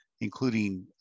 including